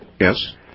Yes